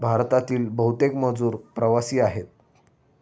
भारतातील बहुतेक मजूर प्रवासी आहेत